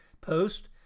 post